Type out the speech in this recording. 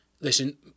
Listen